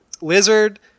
Lizard